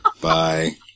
Bye